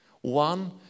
One